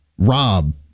Rob